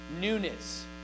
newness